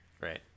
Right